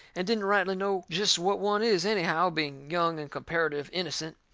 and didn't rightly know jest what one is, anyhow, being young and comparitive innocent.